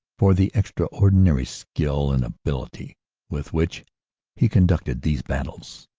for the extraordinary skill and ability with which he conducted these battles.